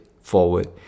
forward